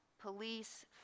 police